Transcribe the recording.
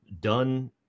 done